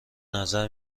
نظر